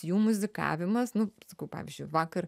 jų muzikavimas nu sakau pavyzdžiui vakar